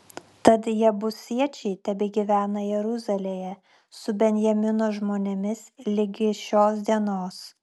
tad jebusiečiai tebegyvena jeruzalėje su benjamino žmonėmis ligi šios dienos